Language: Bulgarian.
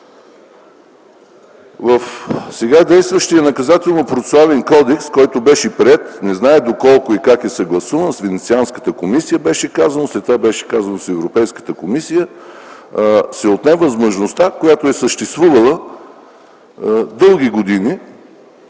В сега действащия Наказателно-процесуален кодекс, който беше приет, не зная доколко и как е съгласуван - „с Венецианската комисия” беше казано, след това беше казано „с Европейската комисия”, се отне възможността, която е съществувала дълги години,